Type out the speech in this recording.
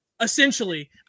Essentially